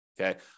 Okay